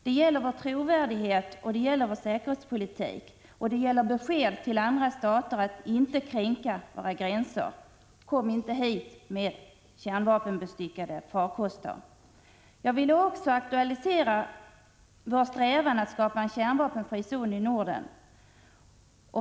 Det gäller vår trovärdighet och vår säkerhetspolitik. Det är ett besked till andra stater att inte kränka våra gränser — kom inte hit med kärnvapenbestyckade farkoster! Sedan ville jag också aktualisera vår strävan att skapa en kärnvapenfri zon i Norden.